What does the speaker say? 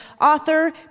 author